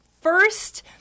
first